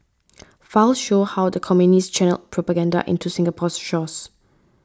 files show how the Communists channelled propaganda into Singapore's shores